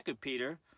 Peter